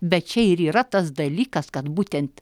bet čia ir yra tas dalykas kad būtent